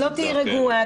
את לא תהיי רגועה,